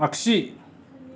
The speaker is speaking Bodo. आगसि